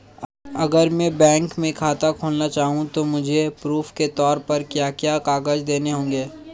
अगर मैं बैंक में खाता खुलाना चाहूं तो मुझे प्रूफ़ के तौर पर क्या क्या कागज़ देने होंगे?